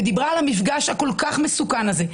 ודיברה על המפגש הכול כך מסוכן הזה,